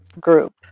group